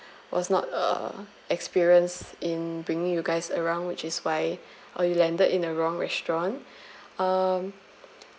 was not uh experience in bringing you guys around which is why uh you landed in a wrong restaurant um